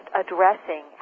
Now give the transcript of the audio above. addressing